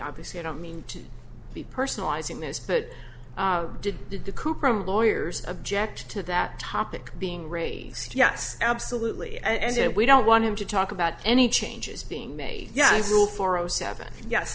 obviously i don't mean to be personalizing this but did did the cooper lawyers object to that topic being raised yes absolutely and we don't want him to talk about any changes being made yes rule for zero seven yes